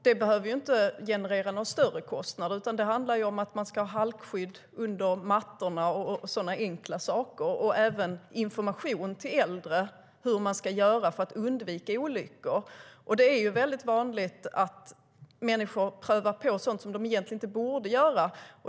Det behöver inte generera någon större kostnad, utan det handlar om enkla saker som halkskydd under mattorna och information till äldre om hur man ska göra för att undvika olyckor. Det är väldigt vanligt att människor prövar på sådant som de egentligen inte borde göra.